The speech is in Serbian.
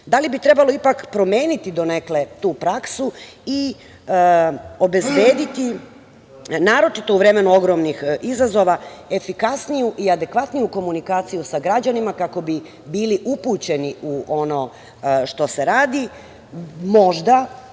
li bi trebalo ipak promeniti donekle tu praksu i obezbediti naročito u vreme ogromnih izazova efikasniju i adekvatniju komunikaciju sa građanima kako bi bili upućeni u ono što se radi. Možda